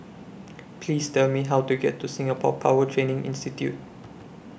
Please Tell Me How to get to Singapore Power Training Institute